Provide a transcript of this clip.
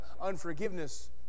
unforgiveness